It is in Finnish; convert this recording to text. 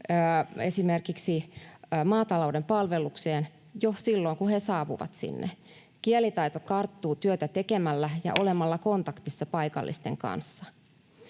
esimerkiksi maatalouden palvelukseen, jo silloin kun he saapuvat sinne. Kielitaito karttuu työtä tekemällä ja olemalla kontaktissa paikallisten kanssa.